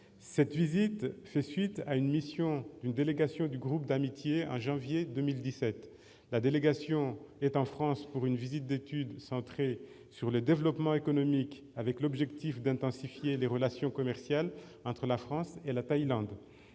Cette visite fait suite à la mission d'une délégation du groupe d'amitié en janvier 2017. La délégation est en France pour une visite d'étude centrée sur le développement économique, avec l'objectif d'intensifier les relations commerciales entre la France et la Thaïlande.